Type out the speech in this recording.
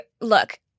look